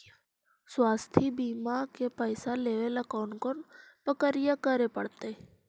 स्वास्थी बिमा के पैसा लेबे ल कोन कोन परकिया करे पड़तै?